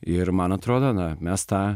ir man atrodo na mes tą